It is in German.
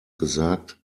gesagt